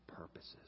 purposes